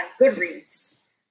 Goodreads